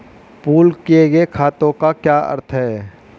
Pool किए गए खातों का क्या अर्थ है?